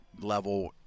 level